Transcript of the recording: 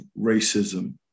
racism